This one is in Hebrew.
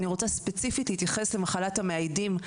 אני רוצה ספציפית להתייחס למחלת המאיידים,